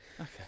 Okay